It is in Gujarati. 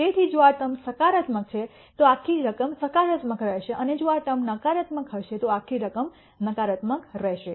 તેથી જો આ ટર્મ સકારાત્મક છે તો આ આખી રકમ હકારાત્મક રહેશે અને જો આ ટર્મ નકારાત્મક હશે તો આખી રકમ નકારાત્મક રહેશે